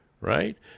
right